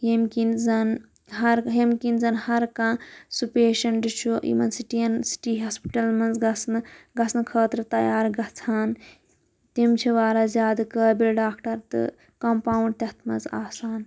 ییٚمہِ کِنۍ زَن ہر ییٚمہِ کِنۍ زَن ہَر کانٛہہ سُہ پیشنٛٹ چھُ یِمَن سِٹی یَن سِٹی ہَسپَٹلن مَنٛز گَژھنہٕ گَژھنہٕ خٲطرٕ تَیار گَژھان تِم چھِ واراہ زِیادٕ قٲبِل ڈاکٹَر تہٕ کَمپاوُنٛڈ تَتھ مَنٛز آسان